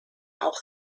auch